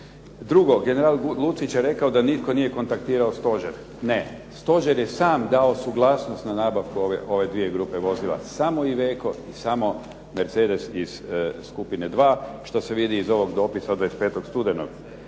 Drugo, general Lucić je rekao da nitko nije kontaktirao Stožer. Ne, Stožer je sam dao suglasnost na nabavku ove dvije grupe vozila. Samo Iveco i samo Mercedes iz skupine dva što se vidi i iz ovog dopisa od 25. studenog.